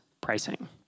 pricing